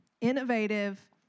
innovative